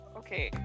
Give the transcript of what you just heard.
okay